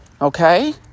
Okay